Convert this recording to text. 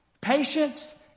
Patience